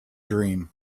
dream